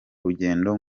rugendo